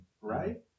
Right